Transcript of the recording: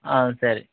ಹಾಂ ಸರಿ